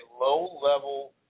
low-level